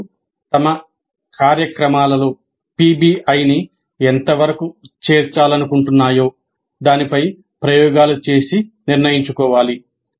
సంస్థలు తమ కార్యక్రమాలలో పిబిఐని ఎంతవరకు చేర్చాలనుకుంటున్నాయో దానిపై ప్రయోగాలు చేసి నిర్ణయించుకోవాలి